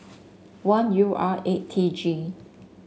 one U R eight T G